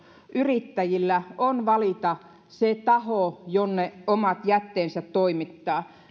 yrittäjillä on valita se taho jonne omat jätteensä toimittaa